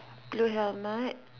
blue helmet